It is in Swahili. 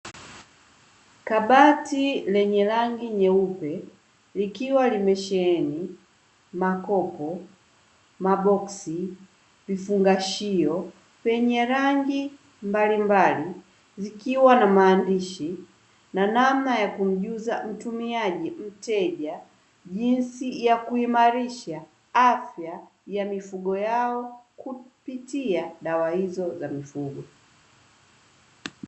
Kabati lenye rangi nyeupe likiwa limesheheni makopo, maboksi, vifungashio vyenye rangi mbalimbali; zikiwa na maandishi na namna ya kumjuza mtumiaji (mteja) jinsi ya kuimarisha afya ya mifugo yao kupitia dawa hizo za mifugo.